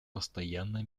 постоянно